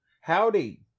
Howdy